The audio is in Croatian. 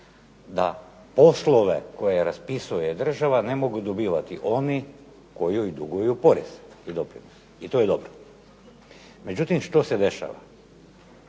da poslove koje raspisuje država ne mogu dobivati oni koji joj duguju porezni doprinos i to je dobro. Međutim, što se dešava,